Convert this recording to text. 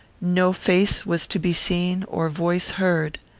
no face was to be seen or voice heard.